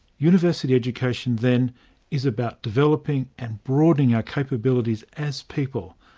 university education then is about developing and broadening our capabilities as people,